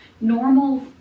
normal